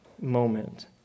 moment